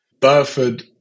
Burford